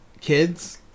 kids